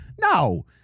No